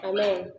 Amen